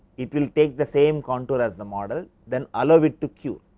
it will take the same contour as the model. then allow it to cure.